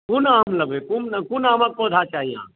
कोन आम लेबै कोन कोन आमक पौधा चाही